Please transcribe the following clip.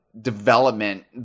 development